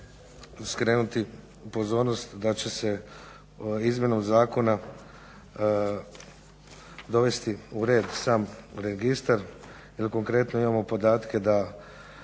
skrenuti pozornost da će se izmjenom zakona dovesti u red sam registar jel konkretno imamo podatke da